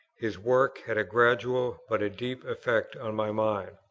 his work had a gradual, but a deep effect on my mind.